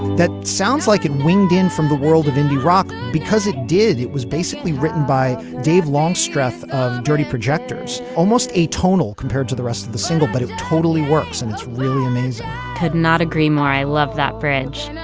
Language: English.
that sounds like an and in from the world of indie rock, because it did. it was basically written by dave longstreth of dirty projectors almost atonal compared to the rest of the single. but it totally works and it's really amazing could not agree more. i love that french. you know